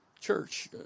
church